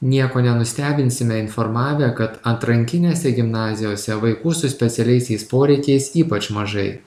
nieko nenustebinsime informavę kad atrankinėse gimnazijose vaikų su specialiaisiais poreikiais ypač mažai